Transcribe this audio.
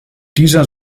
dieser